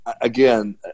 Again